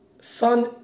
sun